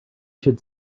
should